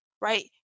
right